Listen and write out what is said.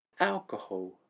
alcohol